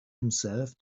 himself